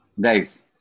guys